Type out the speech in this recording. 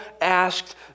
asked